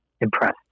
impressed